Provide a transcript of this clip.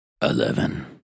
Eleven